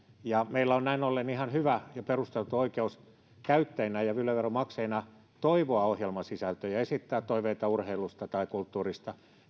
meillä on näin ollen ihan hyvä ja perusteltu oikeus käyttäjinä ja ja yle veron maksajina toivoa ohjelmasisältöjä esittää toiveita urheilusta tai kulttuurista